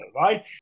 right